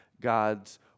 God's